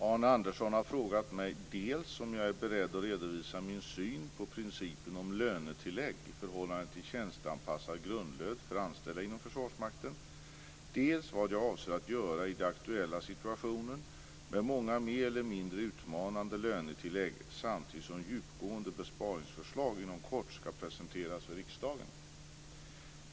Herr talman! Arne Andersson har frågat mig dels om jag är beredd att redovisa min syn på principen om lönetillägg i förhållande till tjänsteanpassad grundlön för anställda inom Försvarsmakten, dels vad jag avser att göra i den aktuella situationen med många mer eller mindre utmanande lönetillägg samtidigt som djupgående besparingsförslag inom kort skall presenteras för riksdagen.